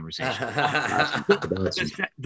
conversation